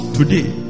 today